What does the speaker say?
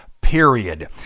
period